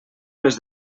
les